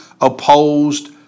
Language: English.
opposed